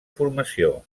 formació